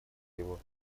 его